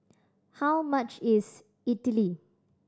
how much is Idili